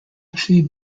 actually